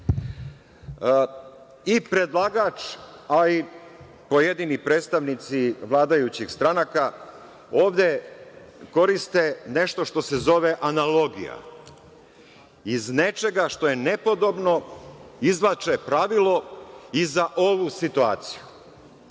i predlagač, a i pojedini predstavnici vladajućih stranaka, ovde koriste nešto što se zove „analogija“. Iz nečega što je nepodobno izvlače pravilo i za ovu situaciju